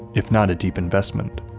if not a deep investment.